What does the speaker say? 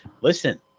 Listen